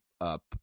up